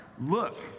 look